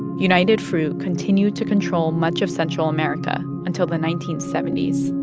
united fruit continued to control much of central america until the nineteen seventy s,